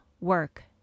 work